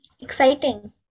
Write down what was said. Exciting